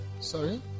sorry